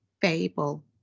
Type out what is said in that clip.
Fable